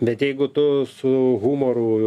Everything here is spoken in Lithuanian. bet jeigu tu su humoru